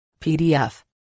PDF